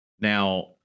Now